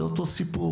זה אותו סיפור.